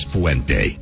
Fuente